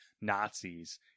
Nazis